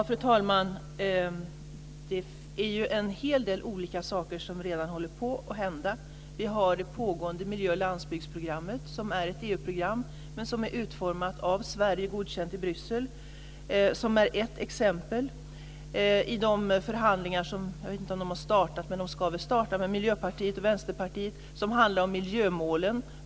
Fru talman! Det är en hel del olika saker som redan håller på att hända. Vi har det pågående miljöoch landsbygdsprogrammet. Det är ett EU-program som är utformat av Sverige och godkänt i Bryssel. Det är ett exempel. Det är förhandlingar med Miljöpartiet och Vänsterpartiet, som jag inte vet om de har startat, men de ska väl starta. De handlar om miljömålen.